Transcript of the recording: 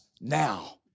now